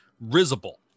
risible